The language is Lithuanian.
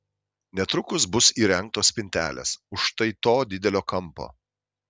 netrukus bus įrengtos spintelės už štai to didelio kampo